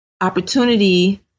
opportunity